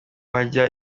hajya